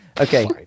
Okay